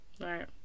Right